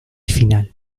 final